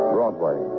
Broadway